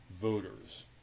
voters